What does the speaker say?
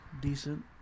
decent